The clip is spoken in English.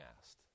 asked